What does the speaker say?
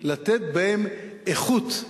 לתת בהם איכות,